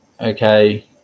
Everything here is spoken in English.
okay